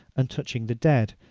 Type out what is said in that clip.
and touching the dead.